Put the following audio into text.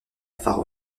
far